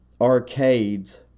arcades